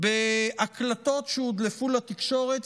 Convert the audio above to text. בהקלטות שהודלפו לתקשורת,